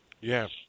Yes